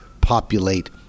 populate